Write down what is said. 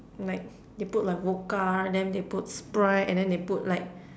like they put like vodka then they put sprite and then they put like